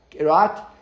right